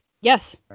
Yes